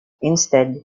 instead